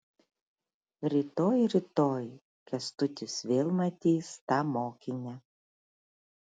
rytoj rytoj kęstutis vėl matys tą mokinę